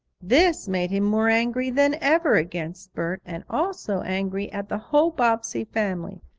this made him more angry than ever against bert, and also angry at the whole bobbsey family.